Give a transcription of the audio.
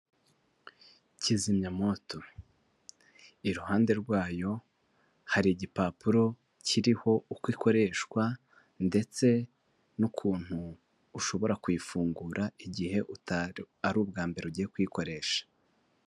Kizimyamoto iruhande rwayo hari igipapuro kiriho uko ikoreshwa ndetse n'ukuntu ushobora kuyifungura igihe ari ubwa mbere ugiye kuyikoresha.